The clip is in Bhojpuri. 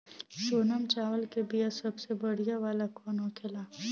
सोनम चावल के बीया सबसे बढ़िया वाला कौन होखेला?